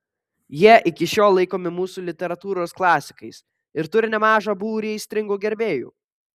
jie iki šiol laikomi mūsų literatūros klasikais ir turi nemažą būrį aistringų gerbėjų